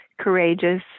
courageous